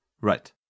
Right